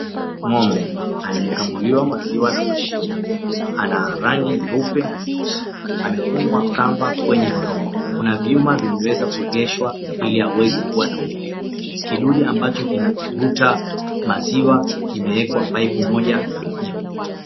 Ng'ombe anayekamuliwa maziwa na mashine, ana rangi nyeupe na nyeusi, amefungwa kamba kwenye mdomo, kuna vyuma vimeweza kuegeshwa ili aweze kuwa na utulivu, kidude ambacho kinavuta maziwa kimewekwa paipu moja nyeupe.